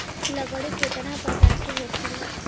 लकड़ी केतना परकार के होखेला